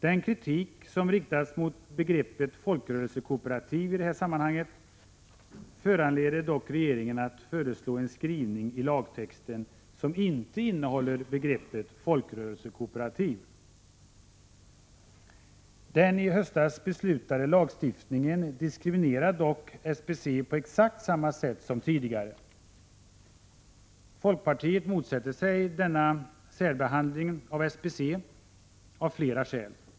Den kritik som riktades mot begreppet folkrörelsekooperativ i det sammanhanget föranledde dock regeringen att föreslå en skrivning i lagtexten som inte innehåller begreppet folkrörelsekooperativ. Den i höstas beslutade lagstiftningen diskriminerar dock SBC på exakt samma sätt. Folkpartiet motsätter sig denna särbehandling av SBC av flera skäl.